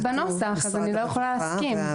בנוסח, אז אני לא יכולה להסכים.